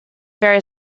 very